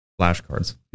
flashcards